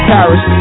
Paris